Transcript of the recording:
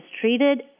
treated